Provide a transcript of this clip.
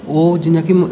ओह् जि'यां कि